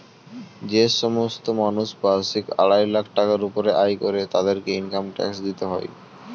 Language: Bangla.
যে সমস্ত মানুষ বার্ষিক আড়াই লাখ টাকার উপরে আয় করে তাদেরকে ইনকাম ট্যাক্স দিতে হয়